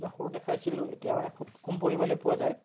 মই সৰুতে খাইছিলোঁ এতিয়া মানে খুব কম পৰিমাণে পোৱা যায়